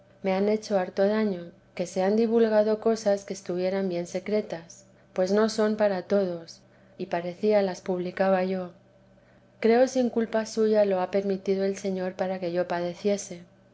me han hecho harto daño que se han divulgado cosas que estirvieran bien secretas pues no son para todos y parecía las publicaba yo creo sin culpa suya lo ha permitido el señor para que yo padeciese